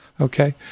Okay